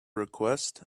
request